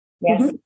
Yes